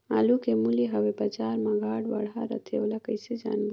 आलू के मूल्य हवे बजार मा घाट बढ़ा रथे ओला कइसे जानबो?